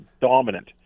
dominant